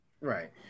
right